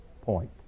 point